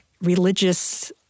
religious